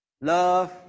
love